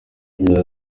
yagize